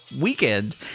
weekend